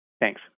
thanks